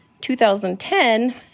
2010